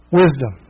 wisdom